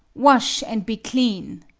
wash and be clean!